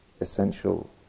essential